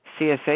CSA